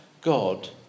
God